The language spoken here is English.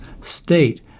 state